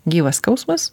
gyvas skausmas